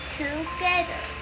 together